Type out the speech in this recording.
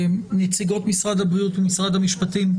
נציגות משרד הבריאות ומשרד המשפטים,